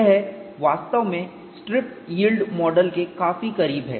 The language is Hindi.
यह वास्तव में स्ट्रिप यील्ड मॉडल के काफी करीब है